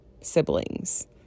siblings